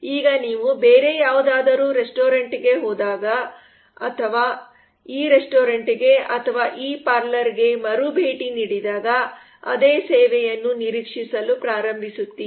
ಈಗ ನೀವು ಬೇರೆ ಯಾವುದಾದರೂ ರೆಸ್ಟೋರೆಂಟ್ಗೆ ಹೋದಾಗ ಅಥವಾ ಈ ರೆಸ್ಟೋರೆಂಟ್ಗೆ ಅಥವಾ ಈ ಪಾರ್ಲರ್ಗೆ ಮರು ಭೇಟಿ ನೀಡಿದಾಗ ಅದೇ ಸೇವೆಯನ್ನು ನಿರೀಕ್ಷಿಸಲು ಪ್ರಾರಂಭಿಸುತ್ತೀರಿ